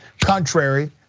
contrary